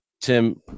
Tim